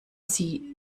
sie